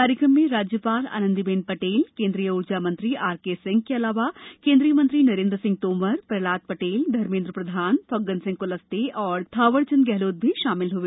कार्यक्रम में राज्यपाल आनंदी बेन पटेल केन्द्रीय ऊर्जा मंत्री आरके सिंह के अलावा केंद्रीय मंत्री नरेंद्र सिंह तोमर प्रहलाद पटेल धर्मेन्द्र प्रधानफग्गन सिंह कुलस्ते और थावरचंद गेहलोत भी शामिल हुए